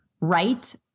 right